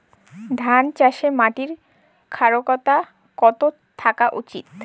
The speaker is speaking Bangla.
ধান চাষে মাটির ক্ষারকতা কত থাকা উচিৎ?